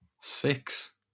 Six